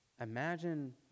Imagine